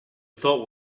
thought